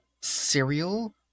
Cereal